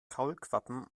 kaulquappen